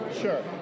Sure